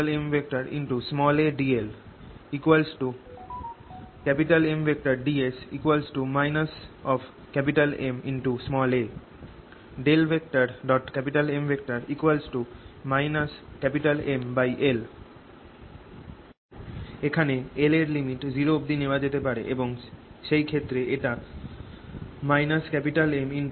MdV Madl Mds Ma M Ml এখানে l এর limit 0 অব্দি নেওয়া যেতে পারে এবং শেই ক্ষেত্রে এটা Mδ